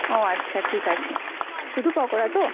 ও আচ্ছা ঠিক আছে শুধু পকোড়া তো